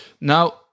Now